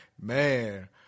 man